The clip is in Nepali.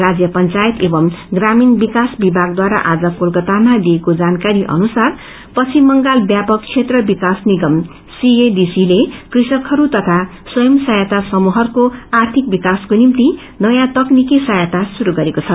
राज्य पंचायत एकम् ग्रामीण विक्पस विभागद्वारा आज कोलंकातामा दिइएको जानकारी अनुसार पश्चिम बंगाल व्यापक क्षेत्र विक्वस निगमले कृषकहरू तथा स्वयं साहायता समूहहरूको आर्थिक विक्वसको निम्ति नयाँ तकनीकि सहायाता श्रूरू गरेको छ